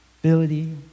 ability